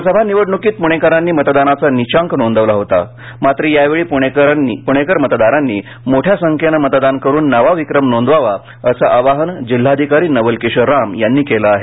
लोकसभा निवडणूकीत प्णेकरांनी मतदानाचा नीचांक नोंदवला होता मात्र यावेळी प्णेकर मतदारांनी मोठ्या संख्येनं मतदान करून नवा विक्रम नोंदवावा असं आवाहन जिल्हाधिकारी नवल किशोर राम यांनी केलं आहे